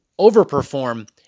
overperform